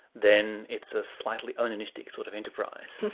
then it's a slightly onanistic sort of enterprise.